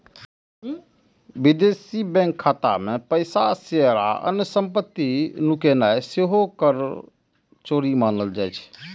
विदेशी बैंक खाता मे पैसा, शेयर आ अन्य संपत्ति नुकेनाय सेहो कर चोरी मानल जाइ छै